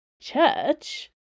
church